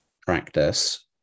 practice